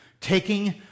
taking